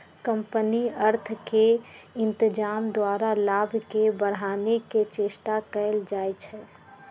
company अर्थ के इत्जाम द्वारा लाभ के बढ़ाने के चेष्टा कयल जाइ छइ